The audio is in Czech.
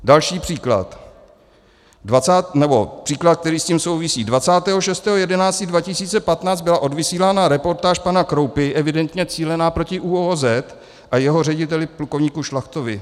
Další příklad, nebo příklad, který s tím souvisí: 26. 11. 2015 byla odvysílána reportáž pana Kroupy, evidentně cílená proti ÚOOZ a jeho řediteli plukovníku Šlachtovi.